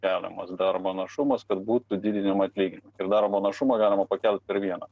keliamas darbo našumas kad būtų didinami atlyginimai ir darbo našumą galima pakelt per vieną